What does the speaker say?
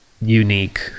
unique